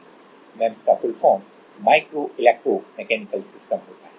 MEMS का full form micro electro mechanical system होता है